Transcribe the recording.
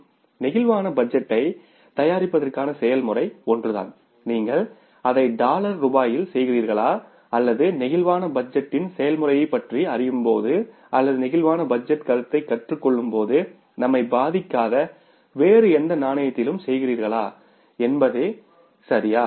flexible budget டைத் தயாரிப்பதற்கான செயல்முறை ஒன்றுதான் நீங்கள் அதை டாலர் ரூபாயில் செய்கிறீர்களா அல்லது பிளேக்சிபிள் பட்ஜெட் டின் செயல்முறையைப் பற்றி அறியும்போது அல்லது பிளேக்சிபிள் பட்ஜெட் டின் கருத்தைக் கற்றுக் கொள்ளும்போது நம்மை பாதிக்காத வேறு எந்த நாணயத்திலும் செய்கிறீர்களா என்பதே சரியா